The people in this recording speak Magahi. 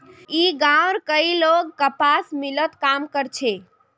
ई गांवउर कई लोग कपास मिलत काम कर छे